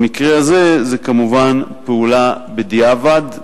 במקרה הזה, זו כמובן פעולה בדיעבד,